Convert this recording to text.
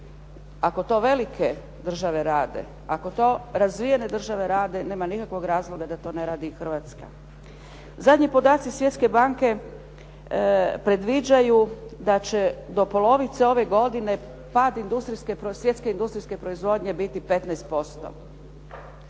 ako to velike države rade, ako to razvijene države rade, nema nikakvog razloga da to ne radi i Hrvatska. Zadnji podaci Svjetske banke predviđaju da će do polovice ove godine pad industrijske, svjetske industrijske proizvodnje biti 15%.